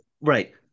right